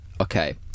okay